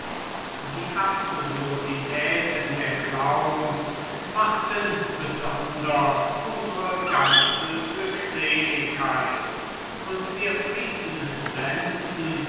die absurditäten der clowns machten besonders unsere ganze glückseligkeit und wir priesen lenzen